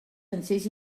dansers